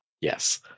yes